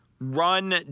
run